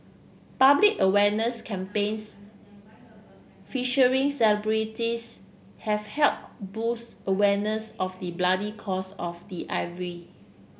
public awareness campaigns featuring celebrities have help boost awareness of the bloody cost of ivory